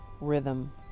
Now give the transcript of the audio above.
rhythm